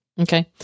Okay